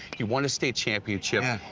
he won a state championship.